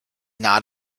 not